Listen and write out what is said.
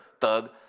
Thug